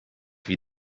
wie